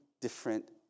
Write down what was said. different